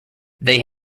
they